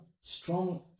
strong